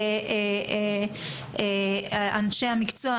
אנשי המקצוע,